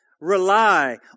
rely